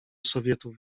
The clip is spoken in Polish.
sowietów